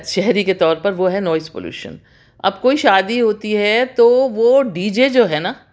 شہری کے طور پر وہ ہے نوائز پولیوشن اب کوئی شادی ہوتی ہے تو وہ ڈی جے جو ہے نہ